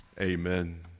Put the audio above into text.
Amen